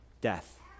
death